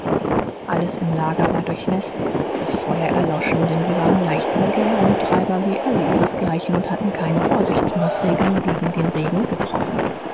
alles im lager war durchnäßt das feuer erloschen denn sie waren leichtsinnige herumtreiber wie alle ihresgleichen und hatten keine vorsichtsmaßregeln gegen den regen getroffen